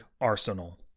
arsenal